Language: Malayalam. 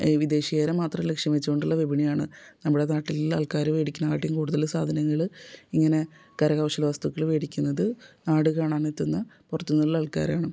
വിദേശീയരെ മാത്രം ലക്ഷ്യം വെച്ചു കൊണ്ടുള്ള വിപണിയാണ് നമ്മുടെ നാട്ടിലെല്ലാം ആൾക്കാർ വേടിക്കുന്നത് ആട്യം കൂടുതൽ സാധനങ്ങൾ ഇങ്ങനെ കരകൗശല വസ്തുക്കൾ വേടിക്കുന്നത് നാട് കാണാനെത്തുന്ന പുറത്തു നിന്നുള്ള ആൾക്കാരാണ്